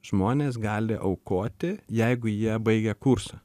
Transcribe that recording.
žmonės gali aukoti jeigu jie baigia kursą